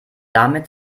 damit